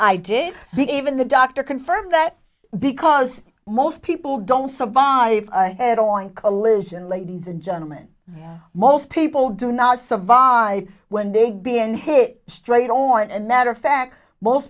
big even the doctor confirmed that because most people don't survive head on collision ladies and gentleman most people do not survive when they've been hit straight on another fact most